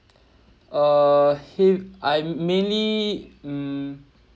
uh hi~ I mainly mm